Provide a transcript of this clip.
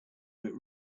but